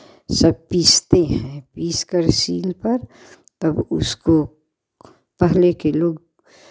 सब पीसते हैं पीस कर सील पर तब उसको पहले के लोग